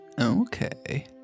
Okay